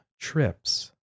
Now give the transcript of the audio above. Trips